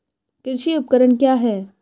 कृषि उपकरण क्या है?